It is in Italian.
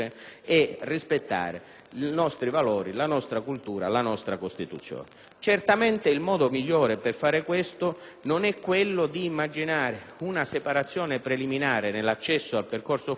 i nostri valori, la nostra cultura e la nostra Costituzione. Il modo migliore per fare questo non è quello di immaginare una separazione preliminare nell'accesso al percorso formativo, quello